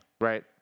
Right